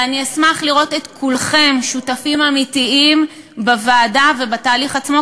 ואני אשמח לראות את כולכם שותפים אמיתיים בוועדה ובתהליך עצמו,